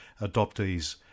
adoptees